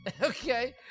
Okay